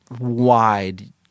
wide